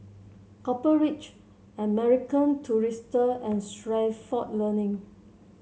Copper Ridge American Tourister and Stalford Learning